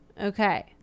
Okay